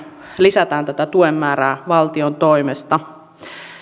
lisätään tuen määrää valtion toimesta